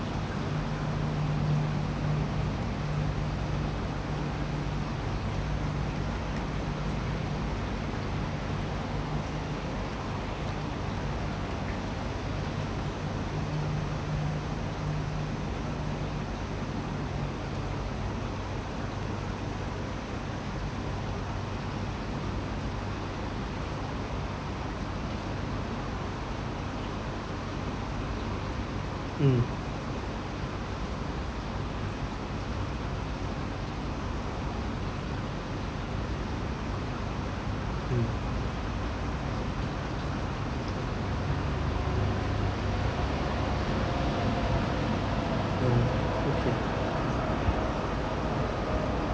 mm mm mm okay